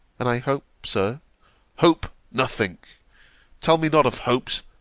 and i hope, sir hope nothing tell me not of hopes,